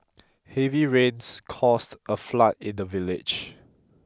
heavy rains caused a flood in the village